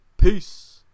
Peace